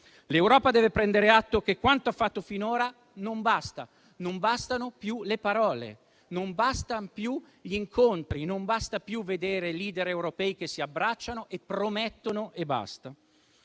L'Europa deve prendere atto che quanto ha fatto finora non basta; non bastano più le parole, non bastano più gli incontri, non basta più vedere *leader* europei che si abbracciano e promettono e basta.